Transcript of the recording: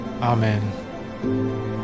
Amen